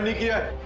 here.